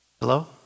Hello